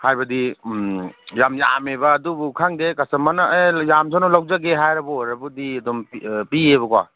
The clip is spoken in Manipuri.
ꯍꯥꯏꯕꯗꯤ ꯌꯥꯝ ꯌꯥꯝꯃꯦꯕ ꯑꯗꯨꯕꯨ ꯈꯪꯗꯦ ꯀꯁꯇꯃꯔꯅ ꯑꯦ ꯌꯥꯝꯖꯅꯣ ꯂꯧꯖꯒꯦ ꯍꯥꯏꯔꯕ ꯑꯣꯏꯔꯒꯗꯤ ꯑꯗꯨꯝ ꯄꯤꯑꯕꯀꯣ